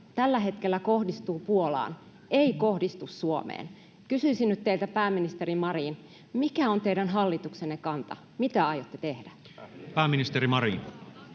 tällä hetkellä kohdistuu Puolaan, ei kohdistu Suomeen? Kysyisin nyt teiltä, pääministeri Marin: Mikä on teidän hallituksenne kanta? Mitä aiotte tehdä? [Speech 87]